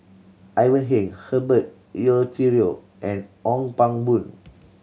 Ivan Heng Herbert Eleuterio and Ong Pang Boon